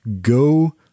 go